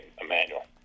Emmanuel